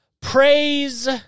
praise